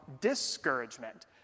discouragement